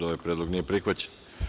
ovaj predlog nije prihvaćen.